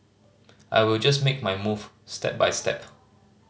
I will just make my move step by step